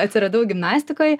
atsiradau gimnastikoj